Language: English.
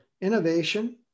innovation